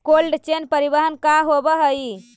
Cold chain परिवहन का होव हइ?